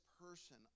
person